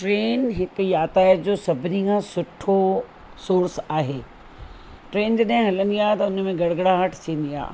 train हिकु यातायात जो सभिनी खां सुठो सोर्स आहे ट्रेन जॾहिं हलंदी आहे त उन में गड़गड़ाहट थींदी आहे